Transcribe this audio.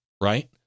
right